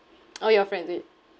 orh your friends is it